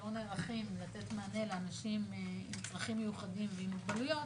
שכשלא נערכים לתת מענה לאנשים עם צרכים מיוחדים ועם מוגבלויות,